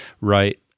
Right